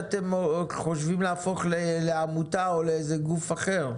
שאתם חושבים להפוך לעמותה או לאיזה גוף אחר?